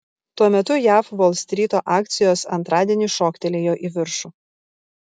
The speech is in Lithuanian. tuo metu jav volstryto akcijos antradienį šoktelėjo į viršų